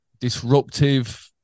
disruptive